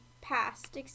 past